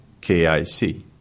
KIC